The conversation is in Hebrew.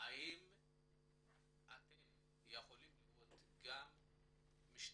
האם אתם יכולים להשתתף גם בחצי?